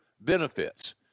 benefits